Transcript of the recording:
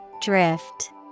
Drift